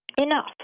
enough